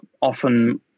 often